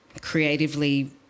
creatively